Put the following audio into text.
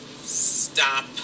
stop